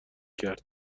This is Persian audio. کرد